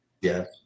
Yes